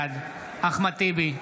בעד אחמד טיבי,